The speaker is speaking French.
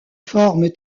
forme